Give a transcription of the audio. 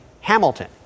Hamilton